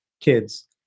kids